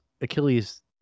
Achilles